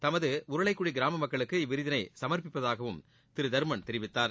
தமது உருளைக்குடி கிராம மக்களுக்கு இவ்விருதினை சுர்ப்பிப்பதாகவும் திரு தர்மன் தெரிவித்தார்